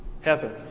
heaven